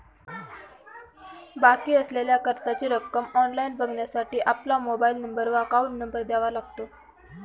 बाकी असलेल्या कर्जाची रक्कम ऑनलाइन बघण्यासाठी आपला मोबाइल नंबर व अकाउंट नंबर द्यावा लागतो